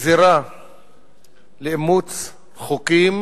זירה לאימוץ חוקים